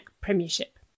premiership